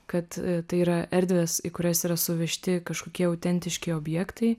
kad tai yra erdvės į kurias yra suvežti kažkokie autentiški objektai